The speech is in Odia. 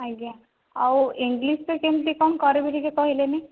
ଆଜ୍ଞା ଆଉ ଇଂଲିଶ୍ରେ କେମିତି କ'ଣ କରିବି ଟିକେ କହିଲେନି